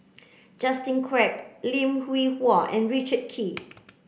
Justin Quek Lim Hwee Hua and Richard Kee